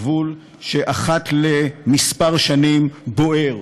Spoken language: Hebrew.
גבול שאחת לכמה שנים בוער,